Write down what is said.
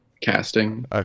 Casting